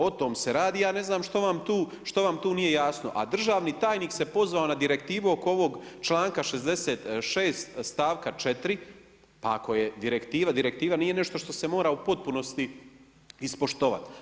O tom se radi, ja ne znam što vam tu nije jasno, a državni tajnik se pozivao na direktivu oko ovog članka 66. stavka 4., pa ako je direktiva, direktiva, nije nešto što se mora u potpunosti ispoštovati.